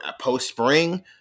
post-spring